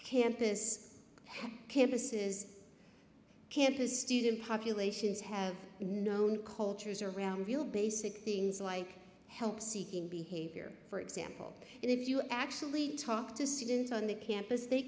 have campuses campus student populations have known cultures around real basic things like help seeking behavior for example and if you actually talk to students on the campus they